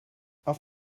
auf